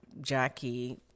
Jackie